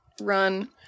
run